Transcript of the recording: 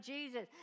Jesus